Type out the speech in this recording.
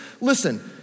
listen